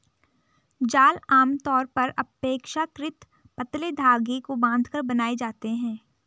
जाल आमतौर पर अपेक्षाकृत पतले धागे को बांधकर बनाए जाते हैं